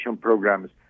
programs